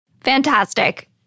Fantastic